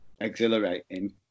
exhilarating